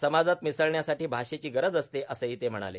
समाजात मिसळण्यासाठी भाषेची गरज असते असंही ते म्हणाले